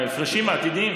מההפרשים העתידיים.